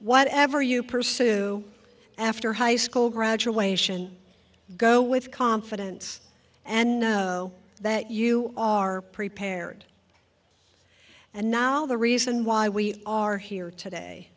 whatever you pursue after high school graduation go with confidence and know that you are prepared and now the reason why we are here today